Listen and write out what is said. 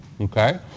okay